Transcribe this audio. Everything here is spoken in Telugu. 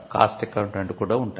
కాస్ట్ అకౌంటెంట్ కూడా ఉంటారు